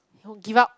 don't give up